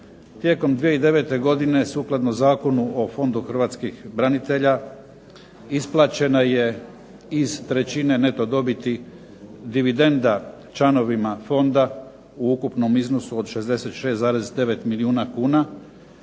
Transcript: tijekom 2009. godine sukladno Zakonu o Fondu hrvatskih branitelja isplaćena je iz trećine neto dobiti dividenda članovima fonda u ukupnom iznosu od 66,9 milijuna kuna,